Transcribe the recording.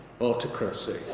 autocracy